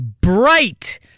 Bright